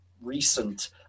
recent